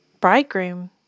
bridegroom